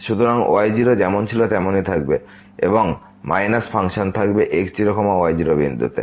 সুতরাং y0 যেমন ছিলো তেমনই থাকবে এবং মাইনাস ফাংশন মান থাকবে x0y0 বিন্দুতে